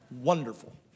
Wonderful